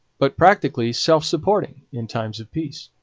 but practically self-supporting in times of peace.